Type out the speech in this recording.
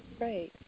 Right